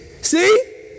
see